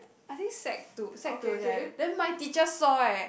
I think set to set to each other then my teacher saw eh